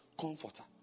comforter